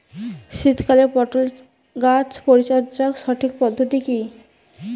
শীতকালে পটল গাছ পরিচর্যার সঠিক পদ্ধতি কী?